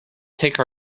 take